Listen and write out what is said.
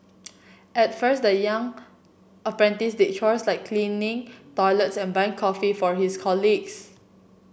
at first the young apprentice did chores like cleaning toilets and buying coffee for his colleagues